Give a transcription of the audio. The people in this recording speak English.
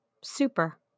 super